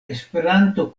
esperanto